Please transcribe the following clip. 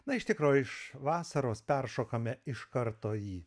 na iš tikro iš vasaros peršokame iš karto į